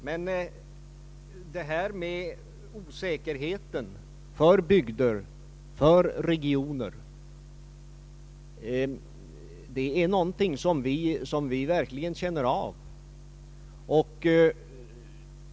Men detta med osä kerheten för bygder, för regioner, är någonting som vi verkligen känner av.